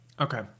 Okay